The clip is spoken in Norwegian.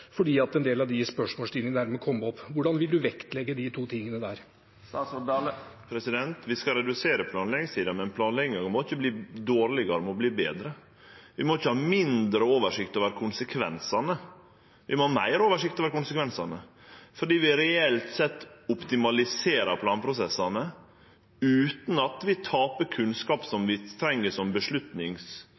fordi en del av de spørsmålsstillingene dermed kommer opp? Hvordan vil statsråden vektlegge de to tingene? Vi skal redusere planleggingstida, men planlegginga må ikkje verte dårlegare, ho må verte betre. Vi må ikkje ha mindre oversikt over konsekvensane, vi må ha meir oversikt over konsekvensane, fordi vi reelt sett optimaliserer planprosessane utan at vi taper kunnskap som vi treng som